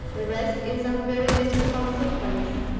the rest is of very little consequence.